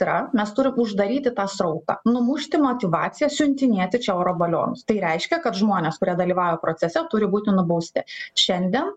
yra mes turim uždaryti tą srautą numušti motyvaciją siuntinėti čia oro balionus tai reiškia kad žmonės kurie dalyvauja procese turi būti nubausti šiandien